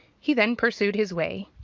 he then pursued his way.